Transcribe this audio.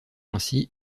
ainsi